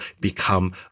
become